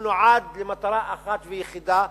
הוא נועד למטרה אחת ויחידה.